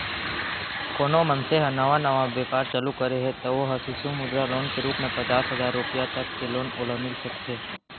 कोनो मनसे ह नवा नवा बेपार चालू करे हे त ओ ह सिसु मुद्रा लोन के रुप म पचास हजार रुपया तक के लोन ओला मिल सकथे